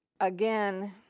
again